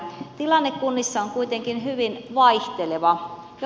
tilanne kunnissa on kuitenkin hyvin vaihteleva